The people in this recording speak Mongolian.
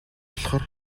болохоор